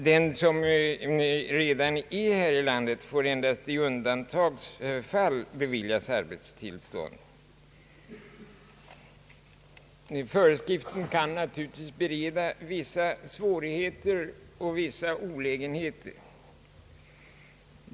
Den utlänning som redan befinner sig här i landet beviljas endast i undantagsfall arbetstillstånd. Föreskriften kan naturligtvis bereda vissa svårigheter och olägenheter.